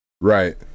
right